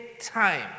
time